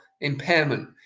impairment